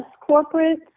corporate